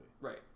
right